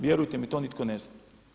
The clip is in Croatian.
Vjerujte mi to nitko ne zna.